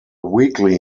weekly